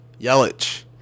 Yelich